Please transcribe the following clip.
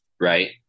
right